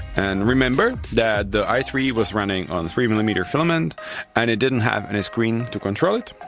and remember that the i three was running on three mm and i mean filament and it didn't have any screen to control it.